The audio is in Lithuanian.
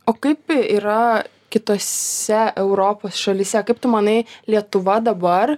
o kaip yra kitose europos šalyse kaip tu manai lietuva dabar